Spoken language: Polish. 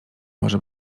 może